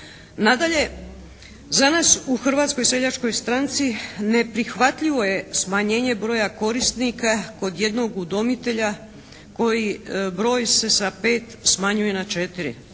Nadalje, za nas u Hrvatskoj seljačkoj stranci neprihvatljivo je smanjenje broja korisnika kod jednog udomitelja koji broj se sa 5 smanjuje na 4,